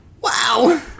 Wow